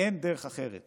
אין דרך אחרת